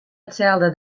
itselde